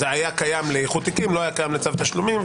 זה היה קיים לאיחוד תיקים ולא לצו תשלומים.